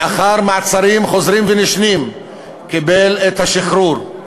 לאחר מעצרים חוזרים ונשנים, קיבל את השחרור.